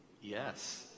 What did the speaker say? Yes